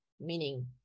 meaning